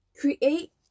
create